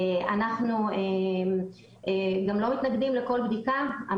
אנחנו גם מתנגדים לכל בדיקה,